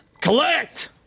collect